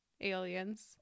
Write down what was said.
aliens